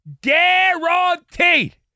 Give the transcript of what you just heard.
guaranteed